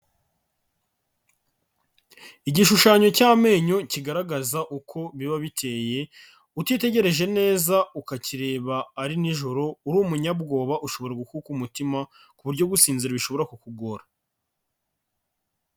Igishushanyo cy'amenyo kigaragaza uko biba biteye, utitegereje neza ukakireba ari nijoro uri umunyabwoba ushobora gukuka umutima, ku buryo gusinzira bishobora kukugora.